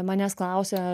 manęs klausia